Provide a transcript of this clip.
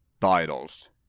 titles